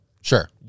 sure